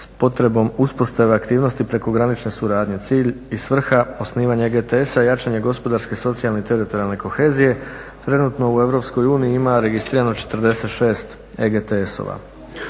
s potrebom uspostave aktivnosti prekogranične suradnje. Cilj i svrha osnivanja EGTS-a je jačanje gospodarske, socijalne i teritorijalne kohezije. Trenutno u Europskoj uniji ima registrirano 46 EGTS-ova.